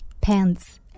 Pants